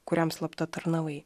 kuriam slapta tarnavai